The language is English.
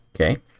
Okay